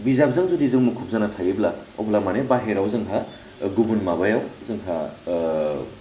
बिजाबजों जुदि मुखुब जाना थायोब्ला अब्ला माने बाहेराव जोंहा गुबुन माबायाव जोंहा ओ